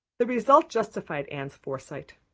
the result justified anne's foresight.